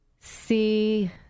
see